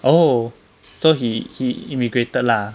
oh so he he immigrated lah